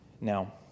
Now